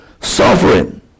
sovereign